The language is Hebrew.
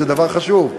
זה דבר חשוב.